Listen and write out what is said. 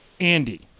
Andy